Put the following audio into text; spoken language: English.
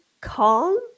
calm